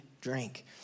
drink